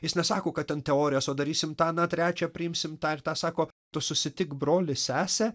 jis nesako kad ten teorijos o darysim tą aną trečią priimsim tą ir tą sako tu susitik brolį sesę